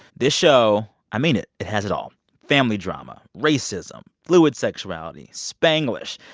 this show i mean it it has it all family drama, racism, fluid sexuality, spanglish,